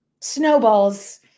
snowballs